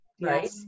right